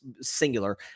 singular